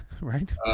Right